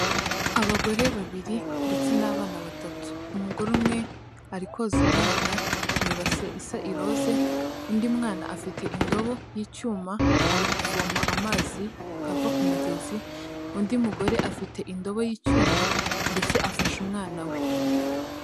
Abagore babiri ndetse n'abana batatu. Umugore umwe arikoza umwana mu ibase isa iroze. Undi mwana afite indobo y'icyuma arikuvoma amazi ava ku mugezi. Undi mugore afite indobo y'icyuma ndetse afashe umwana we.